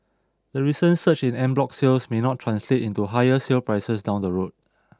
the recent surge in en bloc sales may not translate into higher sale prices down the road